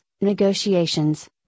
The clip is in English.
negotiations